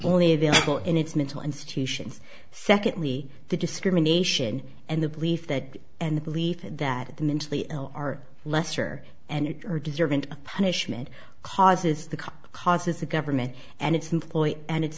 only available in its mental institutions secondly the discrimination and the belief that and the belief that the mentally ill are lesser and are deserving a punishment causes the cock causes the government and its employees and its